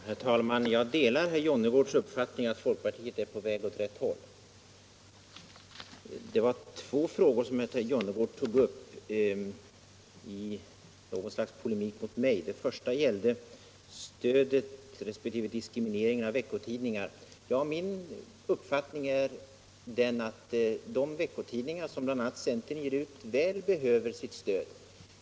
Herr talman! Jag delar herr Jonnergårds uppfattning, att folkpartiet är på väg åt rätt håll! Det var två frågor som herr Jonnergård tog upp i något slags polemik mot mig. Den första frågan gällde stödet till resp. diskrimineringen av veckotidningar. Min uppfattning är att de veckotidningar som bl.a. centern ger ut väl behöver sitt stöd.